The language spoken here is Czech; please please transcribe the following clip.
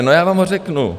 No já vám ho řeknu.